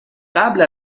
قبل